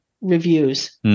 reviews